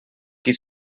qui